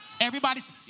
everybody's